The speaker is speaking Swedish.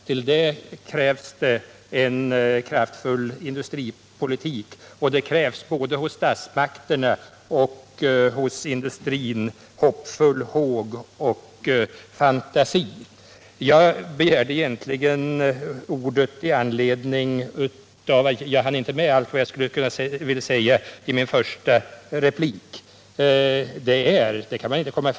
Till det krävs det en kraftfull industripolitik, och det krävs — både hos statsmakterna och hos industrin — hoppfull håg och fantasi. Jag begärde egentligen ordet i anledning av att jag i min första replik Nr 49 inte hann med allt vad jag ville säga.